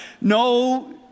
No